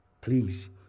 please